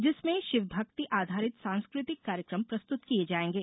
जिसमें शिवभक्ति आधारित सांस्कृतिक कार्यक्रम प्रस्तुत किये जायेंगे